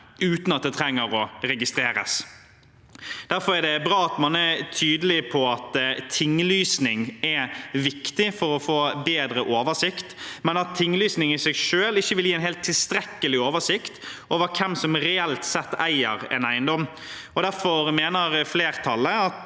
uten at det trenger å registreres. Derfor er det bra at man er tydelig på at tinglysning er viktig for å få bedre oversikt, men at tinglysning i seg selv ikke vil gi helt tilstrekkelig oversikt over hvem som reelt sett eier en eiendom. Derfor mener flertallet at